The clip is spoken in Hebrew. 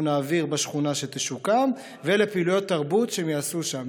נעביר בשכונה שתשוקם ולפעילויות תרבות שהם יעשו שם.